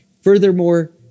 Furthermore